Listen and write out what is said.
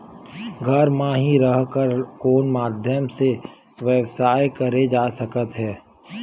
घर म हि रह कर कोन माध्यम से व्यवसाय करे जा सकत हे?